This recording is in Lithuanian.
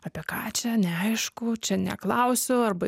apie ką čia neaišku čia neklausiu arba